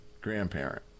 grandparent